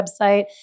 website